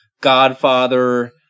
Godfather